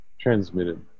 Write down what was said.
transmitted